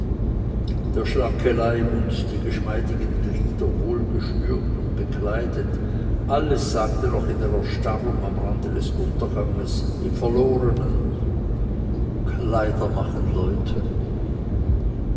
der schlanke leib und die geschmeidigen glieder wohl geschnürt und bekleidet alles sagte noch in der erstarrung am rande des unterganges im verlorensein kleider machen leute